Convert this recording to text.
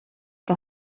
que